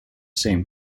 same